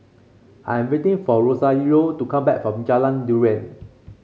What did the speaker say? I am waiting for Rosario to come back from Jalan Durian